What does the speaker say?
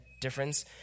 difference